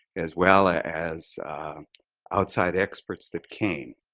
as well as outside experts that came